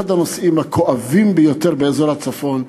אחד הנושאים הכואבים ביותר באזור הצפון,